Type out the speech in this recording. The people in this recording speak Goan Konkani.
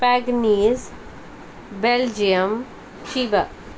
पॅगनीज बेल्जियम चिवा